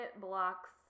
blocks